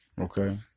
okay